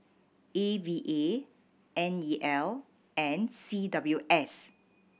A V A N E L and C W S